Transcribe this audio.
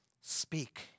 speak